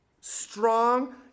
strong